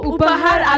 Upahar